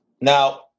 Now